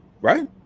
Right